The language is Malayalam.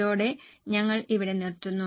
ഇതോടെ ഞങ്ങൾ ഇവിടെ നിർത്തുന്നു